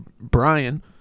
brian